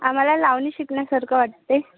आम्हाला लावणी शिकण्यासारखं वाटते